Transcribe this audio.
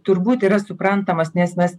turbūt yra suprantamas nes mes